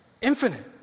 Infinite